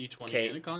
Okay